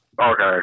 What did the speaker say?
okay